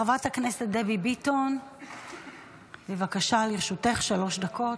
חברת הכנסת דבי ביטון, בבקשה, לרשותך שלוש דקות.